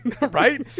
Right